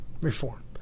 reform